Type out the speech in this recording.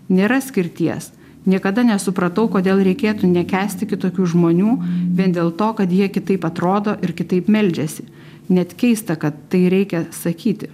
nėra skirties niekada nesupratau kodėl reikėtų nekęsti kitokių žmonių vien dėl to kad jie kitaip atrodo ir kitaip meldžiasi net keista kad tai reikia sakyti